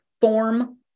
form